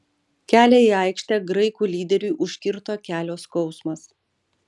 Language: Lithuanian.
kelią į aikštę graikų lyderiui užkirto kelio skausmas